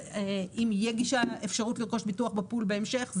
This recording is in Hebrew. האם תהיה אפשרות לרכוש ביטוח בפול בהמשך?